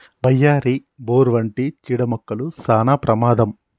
వయ్యారి, బోరు వంటి చీడ మొక్కలు సానా ప్రమాదం